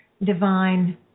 divine